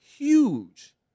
Huge